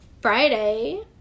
Friday